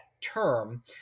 term